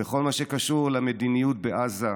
בכל מה שקשור למדיניות בעזה,